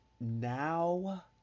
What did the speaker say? now